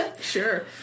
Sure